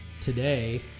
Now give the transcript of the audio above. today